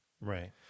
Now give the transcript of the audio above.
right